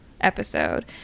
episode